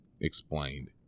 explained